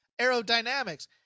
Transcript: aerodynamics